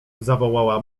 zawołała